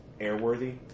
airworthy